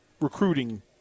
recruiting